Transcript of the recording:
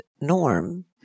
norm